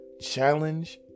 challenge